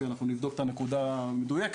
אנחנו נבדוק את הנקודה המדויקת,